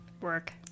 work